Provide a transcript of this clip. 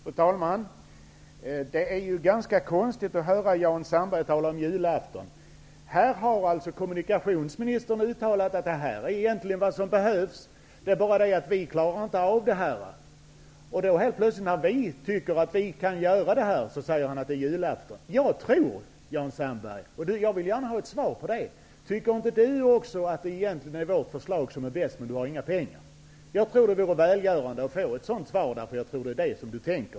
Fru talman! Det är ganska konstigt att höra Jan Sandberg tala om julafton. Kommunikationsministern har uttalat att de insatser vi socialdemokrater föreslår är vad som behövs, men att Sverige inte klarar av det. När vi tycker att vi kan genomföra förslagen säger Jan Sandberg att det är julafton. Tycker inte också Jan Sandberg att vårt förslag egentligen är bäst? Han har bara inga pengar. Det vore välgörande att få ett sådant svar, för jag tror att det är det Jan Sandberg tänker.